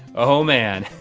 ohhh man,